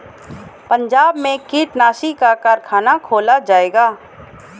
पंजाब में कीटनाशी का कारख़ाना खोला जाएगा